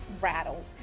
rattled